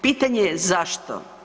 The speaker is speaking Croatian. Pitanje je zašto?